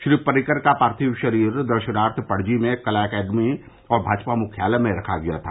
श्री पर्रिकर का पार्थिव शरीर दर्शनार्थ पणजी में कला अकादमी और भाजपा मुख्यालय में रखा गया था